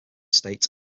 states